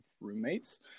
roommates